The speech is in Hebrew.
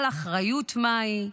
על אחריות מהי,